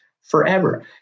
forever